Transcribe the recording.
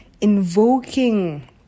invoking